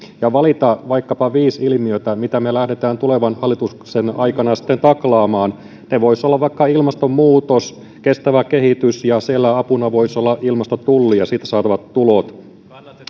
ja valita vaikkapa viisi ilmiötä mitä me lähdemme tulevan hallituksen aikana sitten taklaamaan ne voisivat olla vaikka ilmastonmuutos kestävä kehitys ja siellä apuna voisi olla ilmastotulli ja siitä saatavat tulot